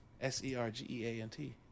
s-e-r-g-e-a-n-t